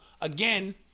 again